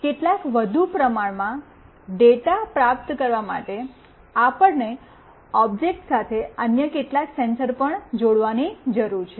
કેટલાક વધુ ડેટા પ્રાપ્ત કરવા માટે આપણને ઓબ્જેક્ટ સાથે અન્ય કેટલાક સેન્સર પણ જોડવાની જરૂર છે